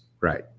Right